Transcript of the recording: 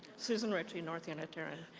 susan retch i, north unitarian.